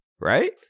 right